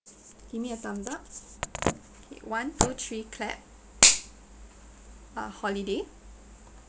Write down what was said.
give me a thumbs up K one two three clap ah holiday